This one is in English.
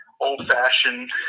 old-fashioned